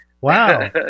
Wow